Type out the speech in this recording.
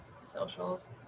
socials